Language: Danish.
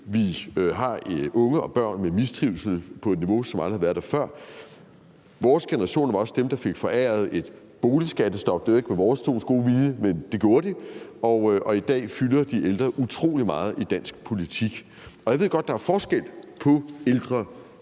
Vi har unge og børn med mistrivsel på et niveau, som der aldrig har været før. Vores generationer var også dem, der fik foræret et boligskattestop. Det var ikke med vores tos gode vilje, men det gjorde de, og i dag fylder de ældre utrolig meget i dansk politik. Jeg ved godt, der er forskel på ældre